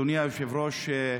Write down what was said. אדוני היושב-ראש,